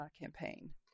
campaign